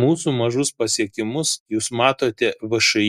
mūsų mažus pasiekimus jūs matote všį